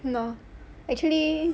!hannor! actually